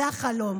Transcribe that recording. זה החלום.